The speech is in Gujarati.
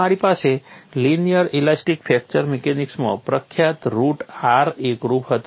તમારી પાસે લિનિયર ઇલાસ્ટિક ફ્રેક્ચર મિકેનિક્સમાં પ્રખ્યાત રુટ r એકરૂપ હતું